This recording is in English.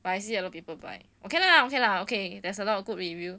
but I see a lot of people buy okay lah okay lah okay there's a lot of good review